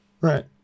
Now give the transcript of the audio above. Right